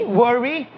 worry